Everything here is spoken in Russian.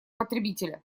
потребителя